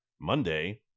Monday